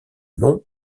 long